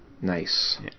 Nice